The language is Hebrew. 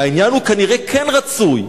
העניין הוא כנראה, כן רצוי.